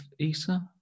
ESA